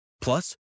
Plus